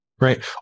Right